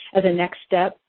as a next step,